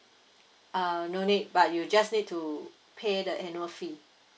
uh no need but you just need to pay the annual fee